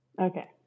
Okay